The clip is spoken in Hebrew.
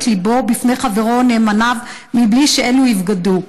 ליבו בפני חברו או נאמניו בלי שאלו יבגדו.